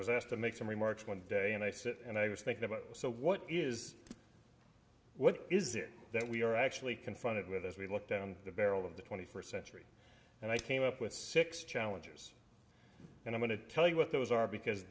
was asked to make some remarks one day and i said and i was thinking about so what is what is it that we are actually confronted with as we look down the barrel of the twenty first century and i came up with six challenges and i want to tell you what those are because